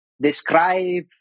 describe